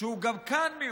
שהוא מיעוט גם כאן,